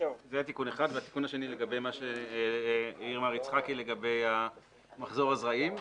העיר מה יצחקי לגבי מחזור הזרעים.